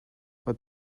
what